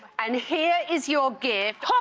and here is your gift